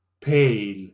Pale